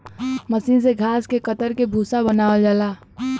मसीन से घास के कतर के भूसा बनावल जाला